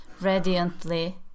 radiantly